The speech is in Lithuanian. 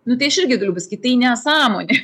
nu tai aš irgi galiu pasakyti tai nesąmonė